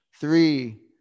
Three